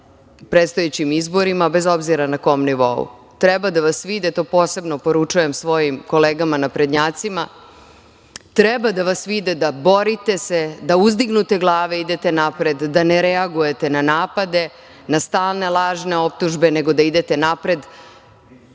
prestojećim izborima, bez obzira na kom nivou. Posebno poručujem svojim kolegama naprednjacima, treba da vas vide da se borite, da uzdignute glave idete napred, da ne reagujete na napade, na stalne lažne optužbe, nego da idete napred